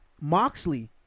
Moxley